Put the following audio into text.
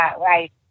right